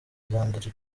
ryanjye